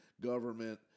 government